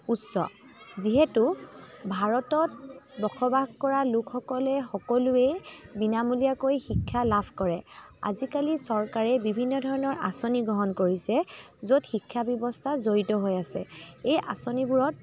উচ্ছ যিহেতু ভাৰতত বসবাস কৰা লোকসকলে সকলোৱেই বিনামূলীয়াকৈ শিক্ষা লাভ কৰে আজিকালি চৰকাৰে বিভিন্ন ধৰণৰ আচনি বহন কৰিছে য'ত শিক্ষাব্যৱস্থা জড়িত হৈ আছে এই আঁচনিবোৰত